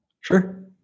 Sure